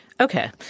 Okay